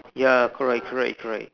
ya correct correct correct